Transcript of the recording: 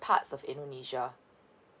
parts of indonesia